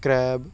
crab